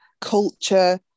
culture